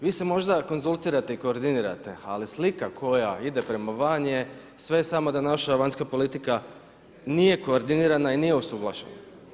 Vi se možda konzultirate i koordinirate, ali slika koja ide prema van je sve samo da naša vanjska politika nije koordinirana i nije usuglašena.